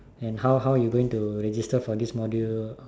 and how how you are going to register for this module